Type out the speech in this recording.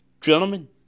Gentlemen